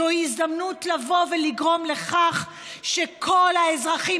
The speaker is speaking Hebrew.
זו הזדמנות לבוא ולגרום לכך שכל האזרחים